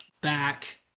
back